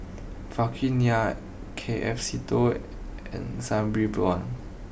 Vikram Nair K F Seetoh and Sabri Buang